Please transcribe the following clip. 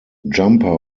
jumper